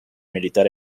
militar